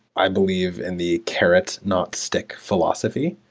i believe in the carrots not stick philosophy.